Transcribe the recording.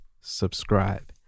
subscribe